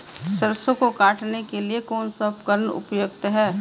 सरसों को काटने के लिये कौन सा उपकरण उपयुक्त है?